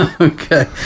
okay